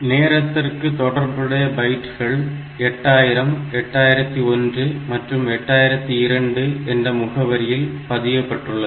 நேரத்திற்கு தொடர்புடைய பைட்டுகள் 8000 8001 மற்றும் 8002 என்ற முகவரியில் பதியப்பட்டுள்ளது